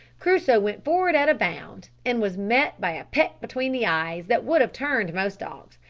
crusoe went forward at a bound, and was met by a peck between the eyes that would have turned most dogs,